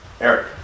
Eric